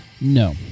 No